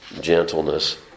gentleness